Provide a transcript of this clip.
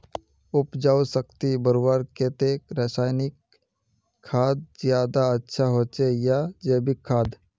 उपजाऊ शक्ति बढ़वार केते रासायनिक खाद ज्यादा अच्छा होचे या जैविक खाद?